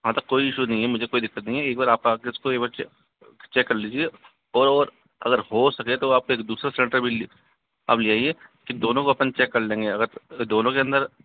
हाँ तो कोई इशू नहीं है मुझे कोई दिक्कत नहीं है एक बार आप आकर इसको एक बार चेक कर लीजिए और और अगर हो सके तो आप एक दूसरा सिलेंडर भी आप ले आइए दोनों को अपन चेक कर लेंगे अगर दोनों के अंदर